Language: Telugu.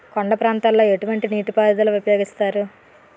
కొండ ప్రాంతాల్లో ఎటువంటి నీటి పారుదల ఉపయోగిస్తారు?